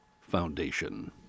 Foundation